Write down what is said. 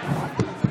בבקשה לשבת.